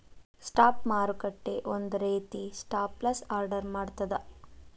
stop ಮಾರುಕಟ್ಟೆ ಒಂದ ರೇತಿ ಸ್ಟಾಪ್ ಲಾಸ್ ಆರ್ಡರ್ ಮಾಡ್ತದ